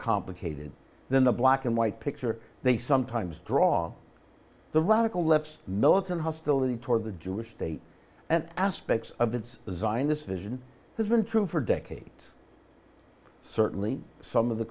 complicated than the black and white picture they sometimes draw the radical left militant hostility toward the jewish state and aspects of its design this vision has been true for decades certainly some of the